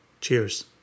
Cheers